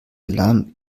alarm